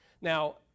Now